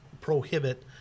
prohibit